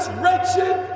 wretched